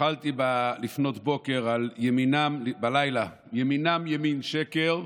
התחלתי לפנות בוקר, בלילה, "ימינם ימין שקר".